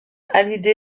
hallyday